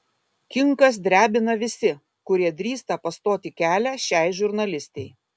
kinkas drebina visi kurie drįsta pastoti kelią šiai žurnalistei